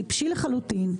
טיפשי לחלוטין,